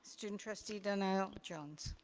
student trustee donnell jones.